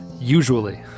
Usually